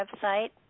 website